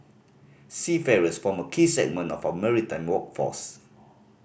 seafarers form a key segment of our maritime workforce